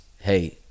hey